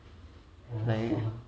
like